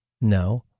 no